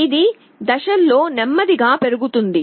ఇది దశల్లో నెమ్మదిగా పెరుగుతుంది